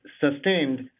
sustained